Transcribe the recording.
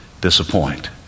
Disappoint